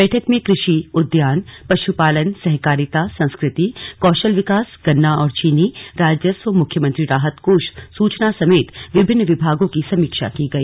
बैठक में कृषि उद्यान पशुपालन सहकारिता संस्कृति कौशल विकास गन्ना और चीनी राजस्व मुख्यमंत्री राहत कोष सूचना समेत विभिन्न विभागों की समीक्षा की गई